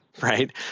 right